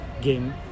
game